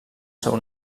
seu